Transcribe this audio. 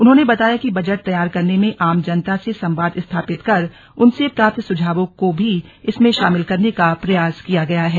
उन्होंने बताया कि बजट तैयार करने में आम जनता से संवाद स्थापित कर उनसे प्राप्त सुझावों को भी इसमें शामिल करने का प्रयास किया गया है